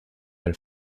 been